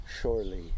surely